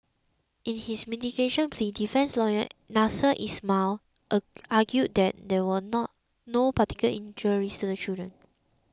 in his mitigation plea defence lawyer Nasser Ismail a argued that there were not no particular injuries to the children